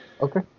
okay